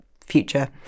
future